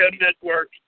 network